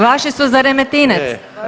Vaši su za Remetinec.